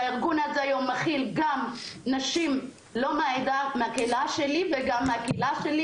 והארגון הזה היום כולל גם נשים לא מהקהילה שלי וגם מהקהילה שלי.